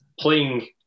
playing